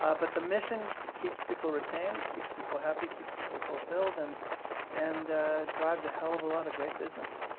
ah but the mission keeps people retained, keeps people happy, keeps people fulfilled, and and drives a hell of a lot of great business.